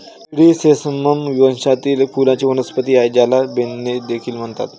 तीळ ही सेसमम वंशातील एक फुलांची वनस्पती आहे, ज्याला बेन्ने देखील म्हणतात